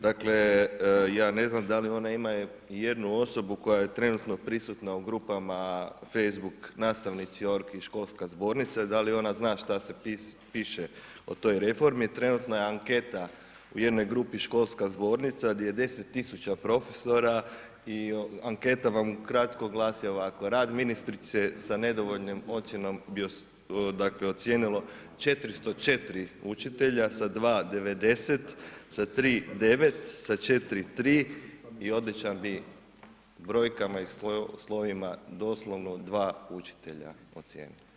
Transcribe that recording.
Dakle, ja ne znam da li ona ima ijednu osobu koja je trenutno prisutna u grupama facebook nastavnici.ogr i školska zbornica i da li ona zna šta se piše o toj reformi, trenutno je anketa u jednoj grupi školska zbornica di je 10 000 profesora i anketa vam ukratko glasi ovako, rad ministrice sa nedovoljnom ocjenom bi dakle ocijenilo 404 učitelja sa 2,90, sa tri 9, sa četiri 3 i odličan bi brojkama i slovima doslovno dva učitelja ocijenili.